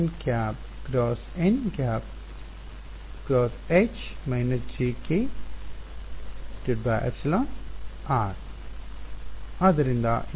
ಆದ್ದರಿಂದ ಇದು ಯಾವಾಗಲೂ ಸರಿಯೇ